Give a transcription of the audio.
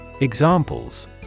Examples